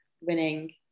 winning